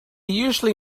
usually